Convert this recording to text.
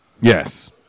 yes